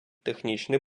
технічні